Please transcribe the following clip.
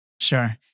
Sure